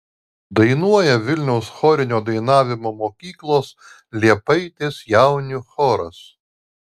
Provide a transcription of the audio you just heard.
dainuoja vilniaus chorinio dainavimo mokyklos liepaitės jaunių choras